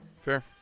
Fair